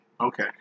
Okay